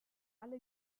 alle